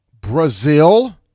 Brazil